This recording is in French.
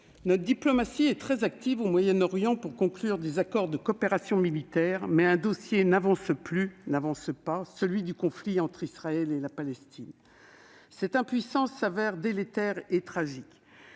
notre diplomatie est très active au Moyen-Orient pour conclure des accords de coopération militaire, mais un dossier n'avance pas : celui du conflit entre Israël et la Palestine. Cette impuissance est délétère et tragique